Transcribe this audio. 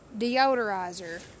deodorizer